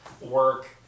work